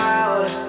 out